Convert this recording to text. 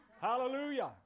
Hallelujah